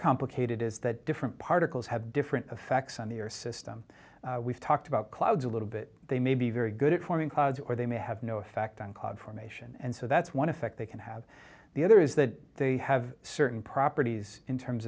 complicated is that different particles have different effects on the earth system we've talked about clouds a little bit they may be very good at forming clouds or they may have no effect on cloud formation and so that's one effect they can have the other is that they have certain properties in terms